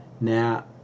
now